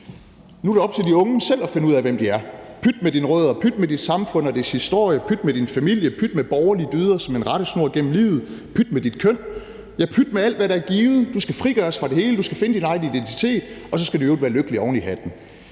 Nu er det op til de unge selv at finde ud af, hvem de er. Pyt med dine rødder. Pyt med dit samfund og dets historie. Pyt med din familie. Pyt med borgerlige dyder som en rettesnor igennem livet. Pyt med dit køn. Ja, pyt med alt, hvad der er givet. Du skal frigøres fra det hele, du skal finde din egen identitet, og så skal du i øvrigt være lykkelig oven i hatten.